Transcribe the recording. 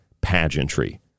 pageantry